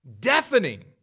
deafening